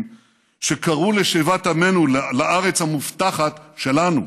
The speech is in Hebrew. שקראו לשיבת עמנו לארץ המובטחת שלנו,